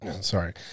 Sorry